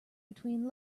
between